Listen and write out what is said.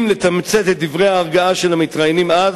אם לתמצת את דברי ההרגעה של המתראיינים אז